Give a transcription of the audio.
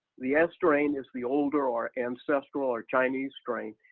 the and s-strain is the older, or ancestral, or chinese strain.